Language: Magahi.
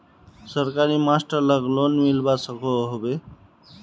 सरकारी मास्टर लाक लोन मिलवा सकोहो होबे?